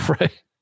Right